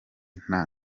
nta